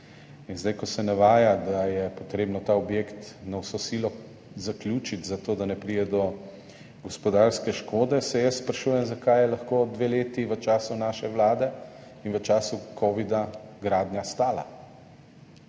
In zdaj, ko se navaja, da je treba ta objekt na vso silo zaključiti, zato da ne pride do gospodarske škode, se jaz sprašujem, zakaj je lahko gradnja stala dve leti v času naše vlade in v času covida. Takrat